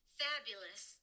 fabulous